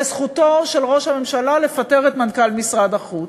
וזכותו של ראש הממשלה לפטר את מנכ"ל משרד החוץ,